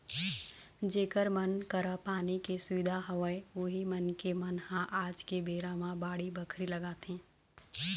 जेखर मन करा पानी के सुबिधा हवय उही मनखे मन ह आज के बेरा म बाड़ी बखरी लगाथे